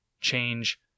Change